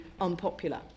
unpopular